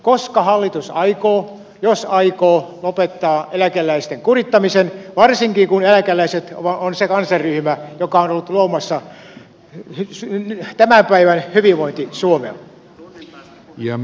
koska hallitus aikoo jos aikoo lopettaa eläkeläisten kurittamisen varsinkin kun eläkeläiset ovat se kansanryhmä joka on ollut luomassa tämän päivän hyvinvointi suomea